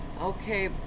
okay